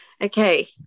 Okay